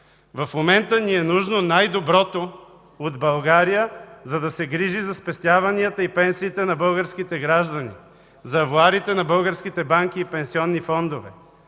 В момента ни е нужно най-доброто от България, за да се грижи за спестяванията и пенсиите на българските граждани, за авоарите на българските банки и пенсионни фондове